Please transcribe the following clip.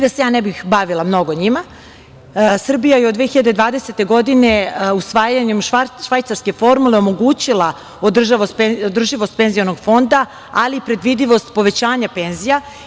Da se ne bih bavila mnogo njima, Srbija je od 2020. godine usvajanjem švajcarske formule omogućila održivost penzionog fonda, ali i predvidivost povećanja penzija.